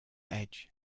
edge